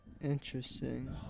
interesting